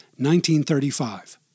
1935